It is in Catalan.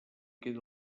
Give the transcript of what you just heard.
queda